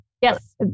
Yes